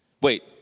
wait